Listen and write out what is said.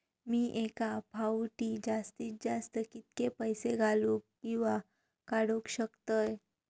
मी एका फाउटी जास्तीत जास्त कितके पैसे घालूक किवा काडूक शकतय?